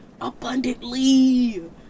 abundantly